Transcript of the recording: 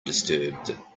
disturbed